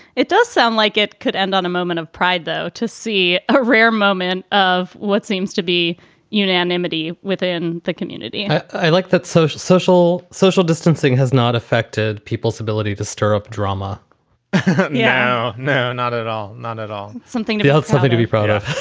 it does sound like it could end on a moment of pride though, to see a rare moment of what seems to be unanimity within the community i like that social, social, social distancing has not affected people's ability to stir up drama yeah no, not at all. not at all. something else. something to be proud of.